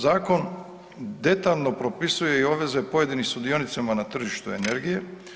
Zakon detaljno propisuje i obveze pojedinim sudionicima na tržištu energije.